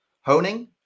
honing